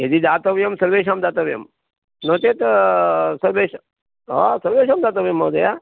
यदि दातव्यं सर्वेषां दातव्यं नोचेत् सर्वेष् आं सर्वेषां दातव्यं महोदय